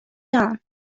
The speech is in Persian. جان